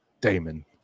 Damon